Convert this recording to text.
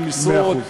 במשרות,